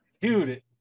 Dude